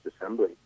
Assembly